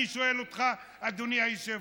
אני שואל אותך, אדוני היושב-ראש,